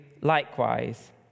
likewise